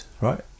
Right